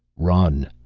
run!